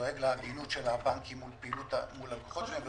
דואג לאמינות של הבנקים מול הלקוחות שלהם.